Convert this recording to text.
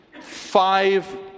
five